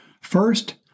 First